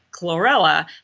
chlorella